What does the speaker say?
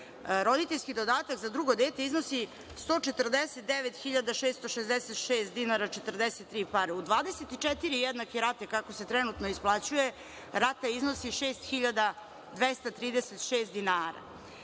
roditeljski dodatak za drugo dete iznosi 149.666.043. U 24 jednake rate, kako se trenutno isplaćuje, rata iznosi 6.236 dinara.